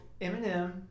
Eminem